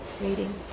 reading